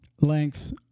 length